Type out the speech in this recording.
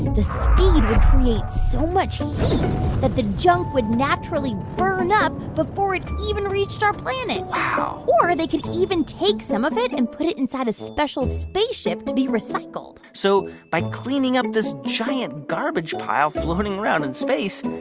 the speed would create so much heat that the junk would naturally burn up before it even reached our planet wow or they could even take some of it and put it inside a special spaceship to be recycled so by cleaning up this giant garbage pile floating around in space,